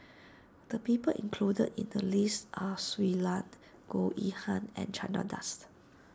the people included in the list are Shui Lan Goh Yihan and Chandra Das